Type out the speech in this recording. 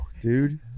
Dude